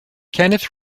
kenneth